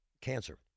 cancer